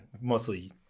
Mostly